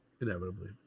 inevitably